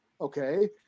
Okay